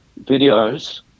videos